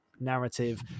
narrative